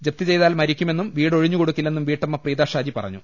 ജപ്തി ചെയ്താൽ മരിക്കുമെന്നും വീട് ഒഴിഞ്ഞുകൊടു ക്കില്ലെന്നും വീട്ടമ്മ പ്രീത ഷാജി പറഞ്ഞു